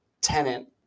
tenant